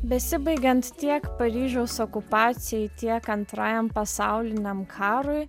besibaigiant tiek paryžiaus okupacijai tiek antrajam pasauliniam karui